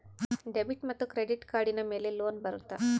Debit ಮತ್ತು credit ಕಾರ್ಡಿನ ಮೇಲೆ ಲೋನ್ ಬರುತ್ತಾ?